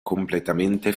completamente